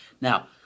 Now